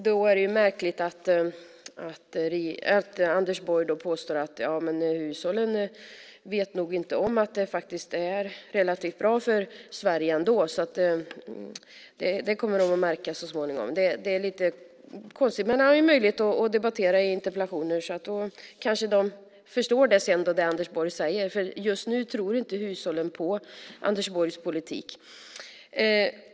Det är märkligt att Anders Borg då påstår att hushållen nog inte vet om att det faktiskt är relativt bra för Sverige ändå. Det kommer de nog att märka så småningom. Det är lite konstigt. Men nu har ju finansministern möjlighet att debattera interpellationer, så då kanske hushållen förstår det som han säger. Men just nu tror inte hushållen på Anders Borgs politik.